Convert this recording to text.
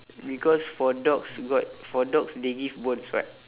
because for dogs got for dogs they give bones [what]